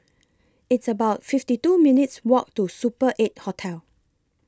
It's about fifty two minutes' Walk to Super eight Hotel